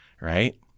Right